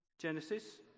Genesis